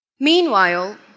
Meanwhile